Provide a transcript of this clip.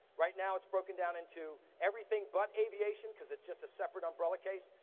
right now, it's broken down into everything but aviation, cause it's just a separate umbrella case,